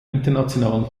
internationalen